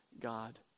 God